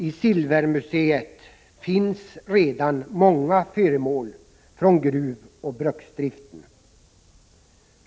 I Silvermuseet finns redan många föremål från gruvoch bruksdriften.